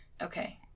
okay